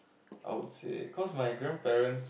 I would say cause my grandparents